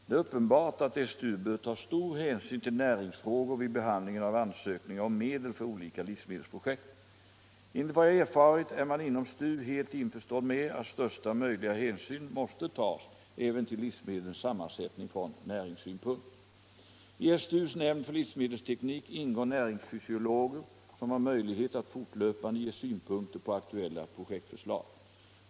Det är uppenbart att STU bör ta stor hänsyn till näringsfrågor vid behandlingen av ansökningar om medel för olika livsmedelsprojekt. Enligt vad jag erfarit är man inom STU helt införstådd med att största möjliga hänsyn måste tas även till livsmedlens sammansättning från näringssynpunkt. I STU:s. nämnd för livsmedelsteknik ingår näringsfysiologer, som har möjlighet att fortlöpande ge synpunkter på aktuella projektförslag.